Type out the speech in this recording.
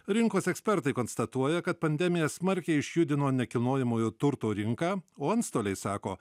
rinkos ekspertai konstatuoja kad pandemija smarkiai išjudino nekilnojamojo turto rinką o antstoliai sako